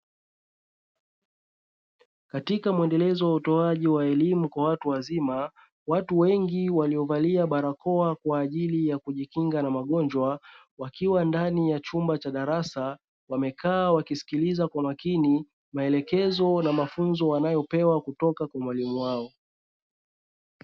Katika muendelezo wa utoaji wa elimu ya watu wazima, watu wengi waliovalia barakoa kwa ajili ya kujikinga na magonjwa wakiwa ndani ya chumba cha darasa wamekaa wakisikiliza kwa makini maelekezo na mafunzo wanayopewa kutoka kwa mwalimu wao.